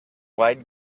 wide